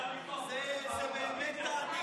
זו באמת תענית.